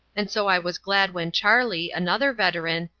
and so i was glad when charley, another veteran,